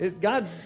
God